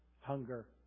hunger